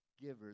giver